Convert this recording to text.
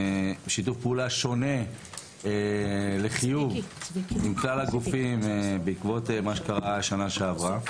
בשיתוף פעולה שונה לחיוב עם כלל הגופים בעקבות מה שקרה בשנה שעברה.